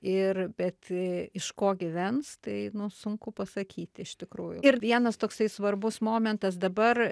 ir bet iš ko gyvens tai nu sunku pasakyti iš tikrųjų vienas toksai svarbus momentas dabar